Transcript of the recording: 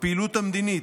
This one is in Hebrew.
הפעילות המדינית,